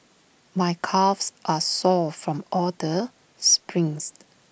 my calves are sore from all the sprints